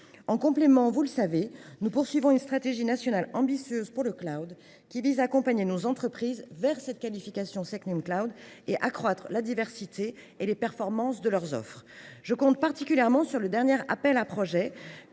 En complément, nous poursuivons une stratégie nationale ambitieuse pour le, qui vise à accompagner nos entreprises vers la qualification SecNumCloud tout en renforçant la diversité et les performances de leurs offres. Je compte particulièrement sur le dernier appel à projets